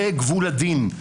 זה גבול הדין.